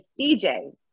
dj